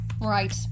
Right